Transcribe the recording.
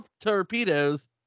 torpedoes